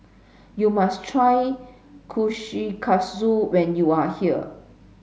you must try Kushikatsu when you are here